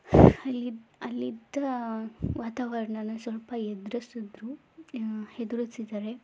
ಅಲ್ಲಿದ್ದ ಅಲ್ಲಿದ್ದ ವಾತಾವರಣನ ಸ್ವಲ್ಪ ಎದುರಿಸಿದ್ರು ಎದುರಿಸಿದರೆ